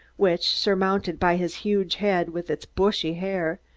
which, surmounted by his huge head with its bushy hair,